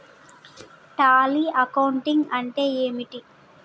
Tally accounting అంటే ఏమిటి?